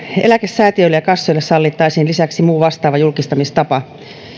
eläkesäätiöille ja kassoille sallittaisiin lisäksi muu vastaava julkistamistapa